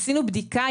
עשינו בדיקה,